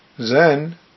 Zen